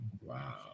Wow